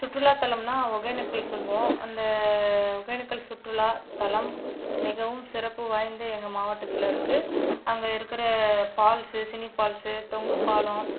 சுற்றுலா தளம்னால் ஒகேனக்கல் சொல்லுவோம் அந்த ஒகேனக்கல் சுற்றுலா தளம் மிகவும் சிறப்பு வாய்ந்த எங்கள் மாவட்டத்தில் இருக்குது அங்கே இருக்கிற ஃபால்ஸ் சினி ஃபால்ஸ் தொங்கு பாலம்